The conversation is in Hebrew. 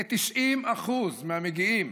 כ-90% מהמגיעים